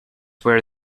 where